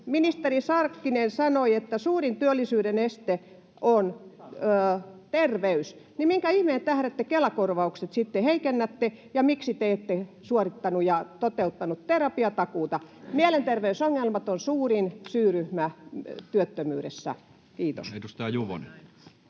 ministeri Sarkkinen sanoi, että suurin työllisyyden este on terveys, niin minkä ihmeen tähden te Kela-korvaukset sitten heikennätte ja miksi te ette suorittanut ja toteuttanut terapiatakuuta? Mielenterveysongelmat on suurin syyryhmä työttömyydessä. — Kiitos. Edustaja Juvonen.